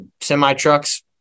semi-trucks